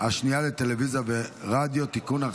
השנייה לטלוויזיה ורדיו (תיקון,